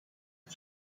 hoe